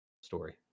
story